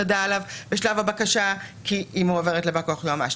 נדע עליו בשלב הבקשה כי היא מועברת לבא-כוח היועמ"ש,